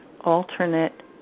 alternate